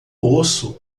osso